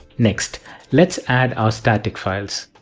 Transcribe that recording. next let's add our static files.